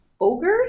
Ogres